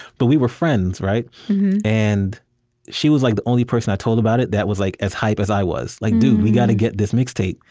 but we were friends, and she was like the only person i told about it that was like as hyped as i was like, dude, we gotta get this mixtape.